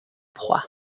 proie